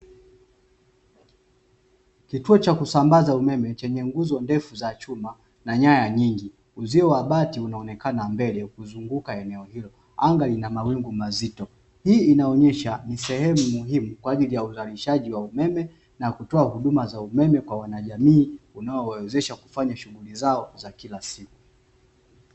Kituo cha kusambaza umeme chenye nguzo ndefu za chuma na nyaya nyingi uzio wa bati, unaoonekana mbele kuzunguka eneo hilo, anga lina mawingu mazito hii inaonyesha ni sehemu muhimu kwa ajili ya uzalishaji wa umeme na kutoa huduma za umeme kwa wanajamii, unaowawezesha kufanya shughuli zao za kila siku.